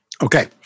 Okay